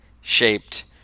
shaped